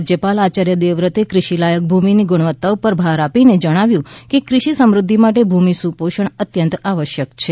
રાજ્યપાલ આયાર્ય દેવવ્રતે કૃષિ લાયક ભૂમિની ગુણવત્તા ઉપર ભાર આપીને જણાવ્યું કે કૃષિ સમૃઘ્ઘિ માટે ભૂમિ સુપોષણ અત્યંત આવશ્યક છે